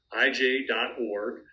ij.org